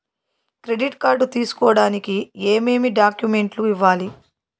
credit card తీసుకోడానికి ఏమేమి డాక్యుమెంట్లు ఇవ్వాలి